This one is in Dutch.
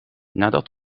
nadat